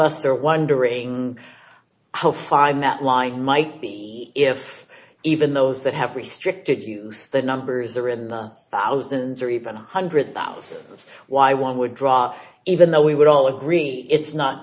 us are wondering how fine that line might be if even those that have restricted use the numbers are in the thousands or even one hundred thousand that's why one would drop even though we would all agree it's not